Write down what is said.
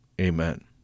Amen